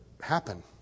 happen